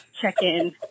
check-in